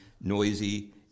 noisy